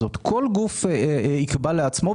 כל גוף יקבע לעצמו,